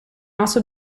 also